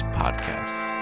podcasts